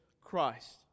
Christ